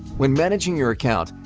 when managing your account,